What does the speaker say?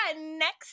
next